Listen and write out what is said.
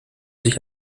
sich